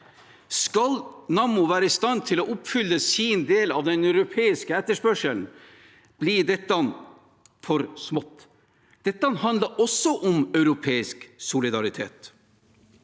Skal Nammo være i stand til å oppfylle sin del av den europeiske etterspørselen, blir dette for smått. Dette handler også om europeisk solidaritet.